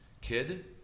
kid